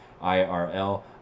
IRL